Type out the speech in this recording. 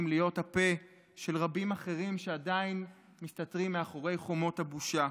להיות הפה של רבים אחרים שעדיין מסתתרים מאחורי חומות הבושה.